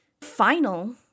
Final